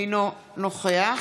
אינו נוכח